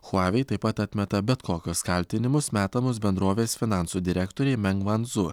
huavei taip pat atmeta bet kokius kaltinimus metamus bendrovės finansų direktorei meng vandzu